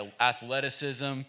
athleticism